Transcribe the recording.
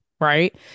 right